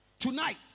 Tonight